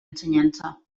ensenyança